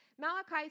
Malachi